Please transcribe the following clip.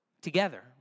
Together